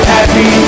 Happy